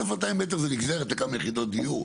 1,200 מטר זה נגזרת לכמה יחידות דיור,